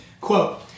quote